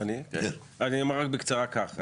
אני אומר בקצרה כך.